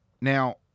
Now